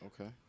okay